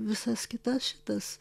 visas kitas šitas